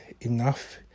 enough